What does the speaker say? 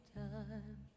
time